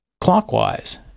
clockwise